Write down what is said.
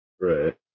Right